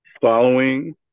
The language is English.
following